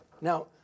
Now